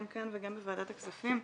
גם כאן וגם בוועדת הכספים.